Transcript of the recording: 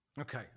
Okay